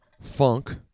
funk